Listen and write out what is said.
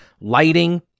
lighting